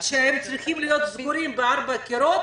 שהם צריכים להיות סגורים בין ארבעה קירות.